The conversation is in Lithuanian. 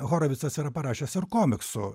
horovicas yra parašęs ir komiksų